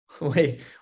Wait